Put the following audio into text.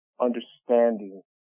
understanding